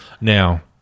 now